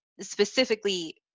specifically